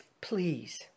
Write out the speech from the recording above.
please